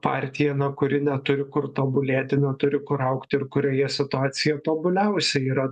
partija kuri neturi kur tobulėti neturi kur augti ir kurioje situacija tobuliausia yra